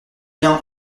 bien